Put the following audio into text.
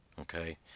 okay